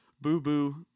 boo-boo